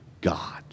God